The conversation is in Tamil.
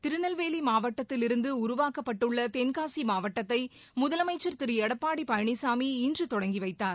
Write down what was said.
திருநெல்வேலி மாவட்டத்திலிருந்து உருவாக்கப்பட்டுள்ள தென்காசி மாவட்டத்தை முதலமைச்சர் திரு எடப்பாடி பழனிசாமி இன்று தொடங்கி வைத்தார்